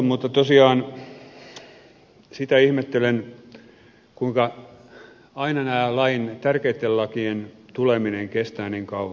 mutta tosiaan sitä ihmettelen kuinka aina tämä tärkeitten lakien tuleminen kestää niin kauan